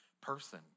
person